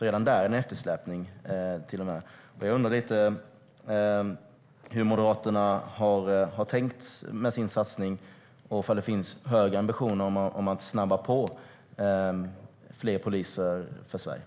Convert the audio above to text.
Redan där är det alltså en eftersläpning. Hur har Moderaterna tänkt med sin satsning? Finns det högre ambitioner om att snabba på för fler poliser i Sverige?